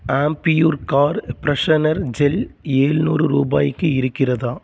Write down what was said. Ambi Pur car freshener gel எழ்நூறு ரூபாய்க்கு இருக்கிறதா